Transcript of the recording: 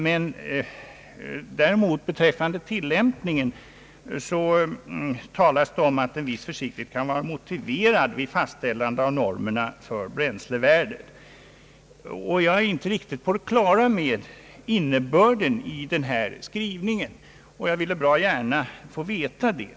Men beträffande tillämpningen talas om att en viss försiktighet kan vara motiverad vid fastställande av normerna för bränslevärdet. Jag är inte riktigt på det klara med innebörden i denna skrivning, och jag ville bra gärna få veta den.